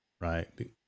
right